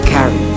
Carry